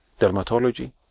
dermatology